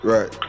Right